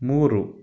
ಮೂರು